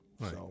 Right